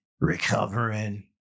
recovering